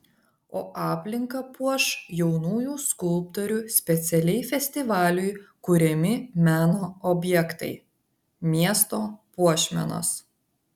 o aplinką puoš jaunųjų skulptorių specialiai festivaliui kuriami meno objektai miesto puošmenos